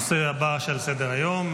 הנושא הבא על סדר-היום,